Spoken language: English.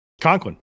Conklin